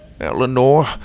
Eleanor